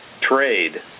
trade